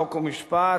חוק ומשפט,